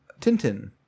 Tintin